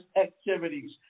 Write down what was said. activities